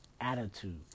attitude